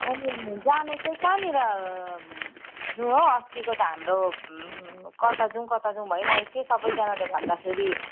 अनि जान चाहिँ कहाँनिर जौँ हौ अस्तिको त हाम्रो कता जौँ कता जौँ भइरहेको थियो सबैजनाले भन्दाखेरि